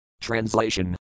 Translation